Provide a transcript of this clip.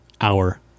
hour